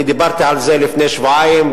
אני דיברתי על זה לפני שבועיים,